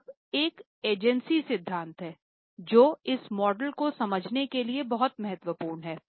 अब एक एजेंसी सिद्धांत है जो इस मॉडल को समझने के लिए बहुत महत्वपूर्ण है